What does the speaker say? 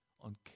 on